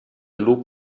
loop